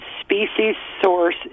species-source